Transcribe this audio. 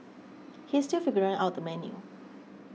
he is still figuring out the menu